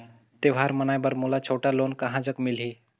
त्योहार मनाए बर मोला छोटा लोन कहां जग मिलही?